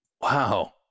Wow